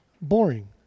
Boring